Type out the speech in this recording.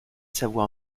savoir